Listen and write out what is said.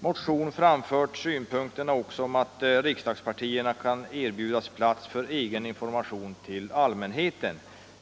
motion till riksdagen framfört synpunkten att också riksdagspartierna kan erbjudas plats för information till allmänheten.